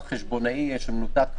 (ב) כבר דיברנו לגבי השתתפותו